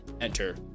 enter